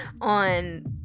on